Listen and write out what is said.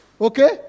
okay